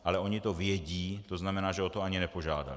Ale ony to vědí, to znamená, že o to ani nepožádaly.